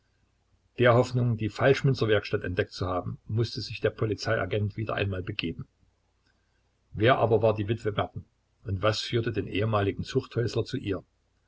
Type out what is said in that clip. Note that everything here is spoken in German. der hoffnung die falschmünzerwerkstatt entdeckt zu haben mußte sich der polizeiagent wieder einmal begeben wer aber war die witwe merten und was führte den ehemaligen zuchthäusler zu ihr